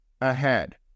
ahead